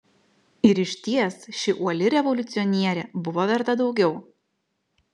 ir išties ši uoli revoliucionierė buvo verta daugiau